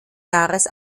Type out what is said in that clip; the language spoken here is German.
jahres